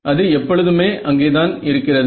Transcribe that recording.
அது எப்பொழுதுமே அங்கேதான் இருக்கிறது